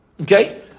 Okay